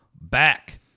back